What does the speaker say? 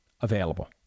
available